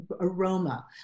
aroma